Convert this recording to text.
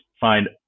find